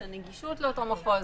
את הנגישות לאותו מחוז.